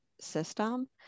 system